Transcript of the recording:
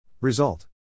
Result